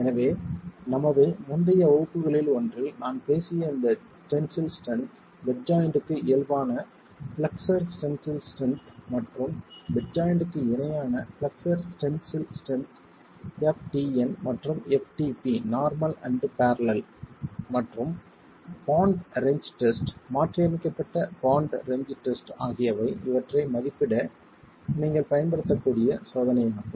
எனவே நமது முந்தைய வகுப்புகளில் ஒன்றில் நான் பேசிய இந்த டென்சில் ஸ்ட்ரென்த் பெட் ஜாய்ண்ட்க்கு இயல்பான பிளெக்ஸ்ஸர் டென்சில் ஸ்ட்ரென்த் மற்றும் பெட் ஜாய்ண்ட்க்கு இணையான பிளெக்ஸ்ஸர் டென்சில் ஸ்ட்ரென்த் ftn மற்றும் ftp நார்மல் அண்ட் பேரலல் மற்றும் பாண்ட் ரென்ச் டெஸ்ட் மாற்றியமைக்கப்பட்ட பாண்ட் ரென்ச் டெஸ்ட் ஆகியவை இவற்றை மதிப்பிட நீங்கள் பயன்படுத்தக்கூடிய சோதனையாகும்